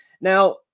Now